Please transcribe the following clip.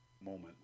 Moment